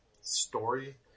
story